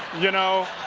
you know,